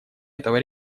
этого